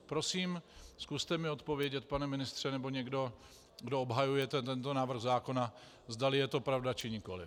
Prosím, zkuste mi odpovědět, pane ministře, nebo někdo, kdo obhajujete tento návrh zákona, zdali je to pravda, či nikoliv.